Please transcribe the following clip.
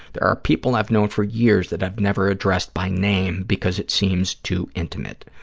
there are people i've known for years that i've never addressed by name because it seems to intimate.